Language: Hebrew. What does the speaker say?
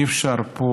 אי-אפשר פה